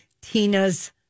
Tina's